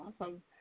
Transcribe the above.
Awesome